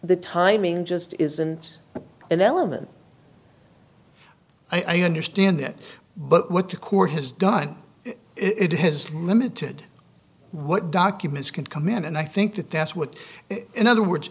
the timing just isn't an element i understand that but what the court has done it has limited what documents can come in and i think that that's what in other words